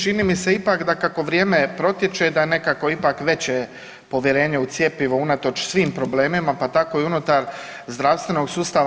Čini mi se ipak da kako vrijeme protiče da je nekako ipak veće povjerenje u cjepivo unatoč svim problemima pa tako i unutar zdravstvenog sustava.